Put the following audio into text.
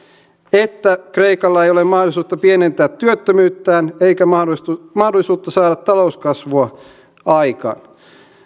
että kreikalla ei ole mahdollisuutta pienentää työttömyyttään eikä mahdollisuutta saada talouskasvua aikaan